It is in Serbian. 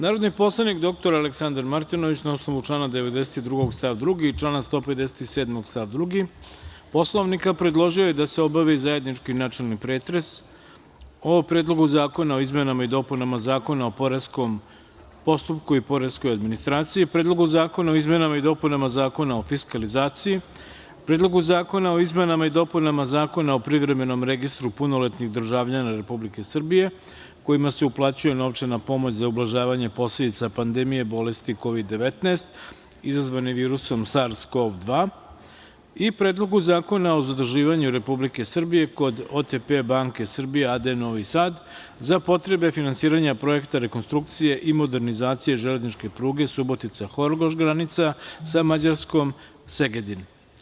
Narodni poslanik dr Aleksandar Martinović, na osnovu člana 92. stav 2. i člana 157. stav 2. Poslovnika, predložio je da se obavi zajednički načelni pretres o: Predlogu zakona o izmenama i dopunama Zakona o poreskom postupku i poreskoj administraciji, Predlogu zakona o izmenama i dopunama Zakona o fiskalizaciji, Predlog zakona o izmenama i dopunama Zakona o Privremenom registru punoletnih državljana Republike Srbije kojima se uplaćuje novčana pomoć za ublažavanje posledica pandemije bolesti COVID-19 izazvane virusom SARS-CoV-2 i Predlog zakona o zaduživanju Republike Srbije kod OTP banke Srbija a.d. Novi Sad za potrebe finansiranja Projekta rekonstrukcije i modernizacije železničke pruge Subotica-Horgoš granica sa Mađarskom (Segedin)